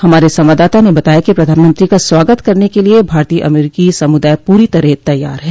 हमारे संवाददता ने बताया कि प्रधानमंत्री का स्वागत करने के लिए भारतीय अमरीकी समुदाय पूरी तरह तैयार है